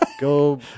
Go